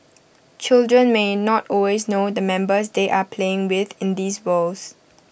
children may not always know the members they are playing with in these worlds